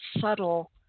subtle